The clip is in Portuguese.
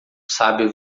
sábio